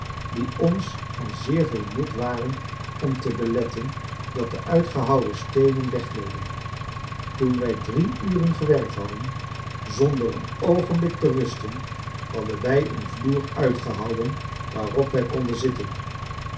die ons van zeer veel nut waren om te beletten dat de uitgehouwen steenen weggleden toen wij drie uren gewerkt hadden zonder een oogenblik te rusten hadden wij een vloer uitgehouwen waarop wij konden zitten